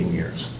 years